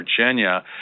Virginia